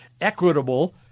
equitable